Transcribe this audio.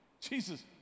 jesus